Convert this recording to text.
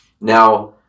now